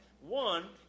One